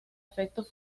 efectos